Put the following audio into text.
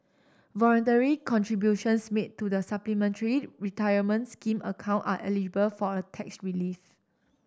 voluntary contributions made to the Supplementary Retirement Scheme account are eligible for a tax relief